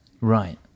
right